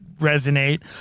resonate